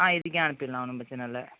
ஆ இதுக்கே அனுப்பிரலான் ஒன்றும் பிரச்சனை இல்லை